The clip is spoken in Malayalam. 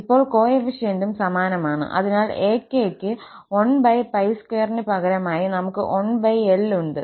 ഇപ്പോൾ കോഎഫിഷ്യന്റും സമാനമാണ് അതിനാൽ 𝑎𝑘 ക്ക് 1𝜋2ന് പകരമായി നമുക് 1lഉണ്ട്